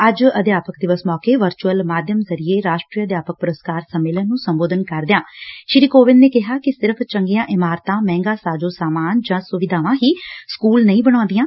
ਅੱਜ ਅਧਿਆਪਕ ਦਿਵਸ ਮੌਕੇ ਵਰਚੁਅਲ ਮਾਧਿਅਮ ਜ਼ਰੀਏ ਰਾਸ਼ਟਰੀ ਅਧਿਆਪਕ ਪੁਰਸਕਾਰ ਸੰਮੇਲਨ ਨੰ ਸੰਬੋਧਨ ਕਰਦਿਆਂ ਸ੍ਰੀ ਕੋਵਿੰਦ ਨੇ ਕਿਹਾ ਕਿ ਸਿਰਫ਼ ਚੰਗੀਆਂ ਇਮਾਰਤਾਂ ਮਹਿੰਗਾ ਸਾਜ ਸਾਮਾਨ ਜਾਂ ਸੁਵਿਧਾਵਾਂ ਹੀ ਸਕੁਲ ਨਹੀਂ ਬਣਾਉਂਦੀਆਂ